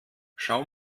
schau